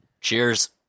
Cheers